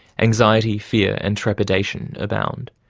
anxiety, fear and trepidation abound,